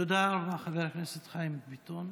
תודה רבה, חבר הכנסת חיים ביטון.